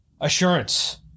assurance